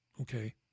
Okay